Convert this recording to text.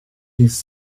his